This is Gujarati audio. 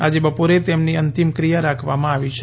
આજે બપોરે તેમની અંતિમ ક્રિયા રાખવામા આવી છે